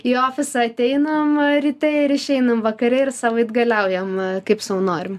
į ofisą ateinam ryte ir išeinam vakare ir savaitgaliaujam kaip sau norim